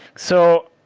so,